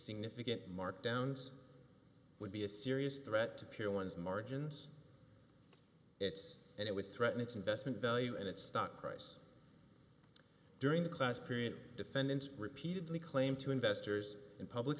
significant markdowns would be a serious threat to pure ones margins its and it would threaten its investment value and its stock price during the class period defendants repeatedly claim to investors and public